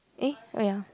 eh wait ah